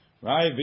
Right